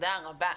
תודה רבה.